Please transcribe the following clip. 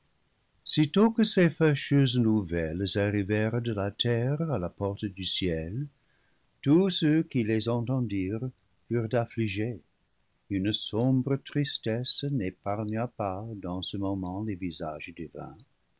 sitôt que ces fâcheuses nouvelles arrivèrent de la terre à la porte du ciel tous ceux qui les entendirent furent affligés une sombre tristesse n'épargna pas dans ce moment les visages divins